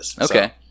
okay